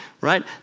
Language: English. Right